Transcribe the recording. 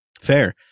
Fair